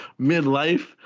midlife